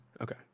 Okay